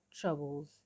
troubles